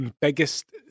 biggest